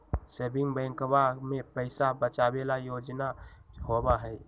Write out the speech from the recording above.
saving बैंकवा में पैसा बचावे ला योजना होबा हई